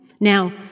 Now